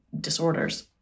disorders